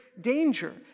danger